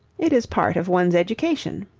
it is part of one's education.